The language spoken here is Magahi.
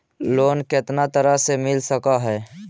लोन कितना तरह से मिल सक है?